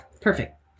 perfect